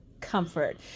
comfort